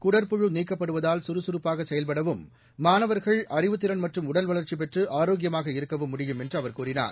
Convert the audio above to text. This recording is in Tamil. குடற்புடு நீக்கப்படுவதால் கறகறப்பாக செயல்படவும் மானவர்கள் அறிவுத் திறன் மற்றும் உடல் வளர்ச்சி பெற்று ஆரோக்கியமாக இருக்கவும் முடியும் என்று அவர் கூறினார்